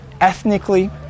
ethnically